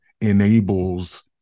enables